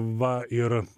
va ir